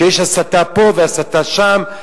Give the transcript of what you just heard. שיש הסתה פה והסתה שם,